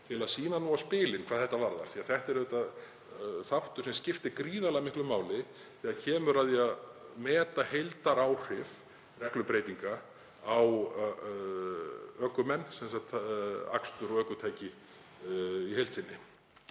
til að sýna á spilin hvað þetta varðar því að þetta skiptir gríðarlega miklu máli þegar kemur að því að meta heildaráhrif reglubreytinga á ökumenn, sem sagt akstur og ökutæki í heild sinni.